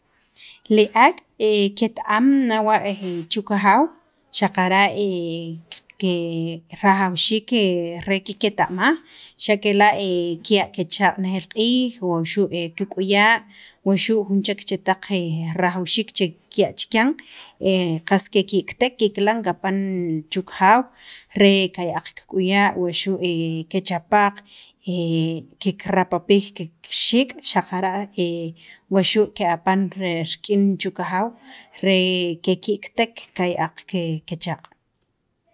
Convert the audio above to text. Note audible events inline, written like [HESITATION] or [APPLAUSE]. li ak' ket- am [HESITATION] ket- am nawa' chu kajaaw xaqara' [HESITATION] ke rajawxiik re kiketa'maj xa' kela' kiya' kechaq' renejeel q'iij o xu' kik'uya' o xu' jun chek chetaq [HESITATION] rajawxiik che kiya'a chikyan qas keki'kitek kikilan kapan chu kajaw re kaya'aq kik'uya wa xu' kechapaq, [HESITATION] kikrapapij kixiik' xaqara' [HESITATION] wa xu' ke'apan chu kajaw re keki'kitek qaya'aq kechaaq'.